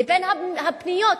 לבין הפניות,